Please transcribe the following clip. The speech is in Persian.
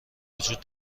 وجود